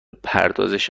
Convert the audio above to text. پردازش